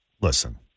listen